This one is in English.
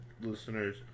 Listeners